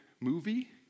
movie